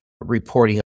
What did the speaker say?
reporting